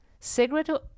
Segredo